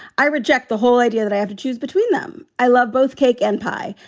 i reject the whole idea that i have to choose between them. i love both cake and pie.